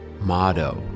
motto